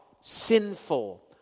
sinful